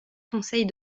conseils